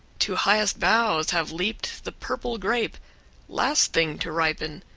to highest boughs have leaped the purple grape last thing to ripen,